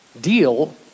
deal